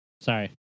Sorry